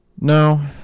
No